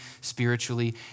spiritually